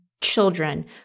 children